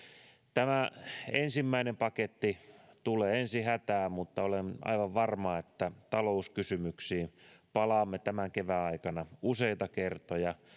tämä ensimmäinen paketti tulee ensihätään mutta olen aivan varma että talouskysymyksiin palaamme tämän kevään aikana useita kertoja